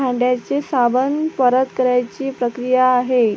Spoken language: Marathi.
भांड्याचे साबण परत करायची प्रक्रिया आहे